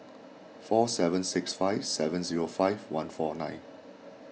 four seven six five seven zero five one four nine